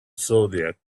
zodiac